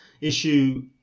issue